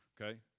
Okay